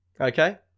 Okay